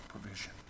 provision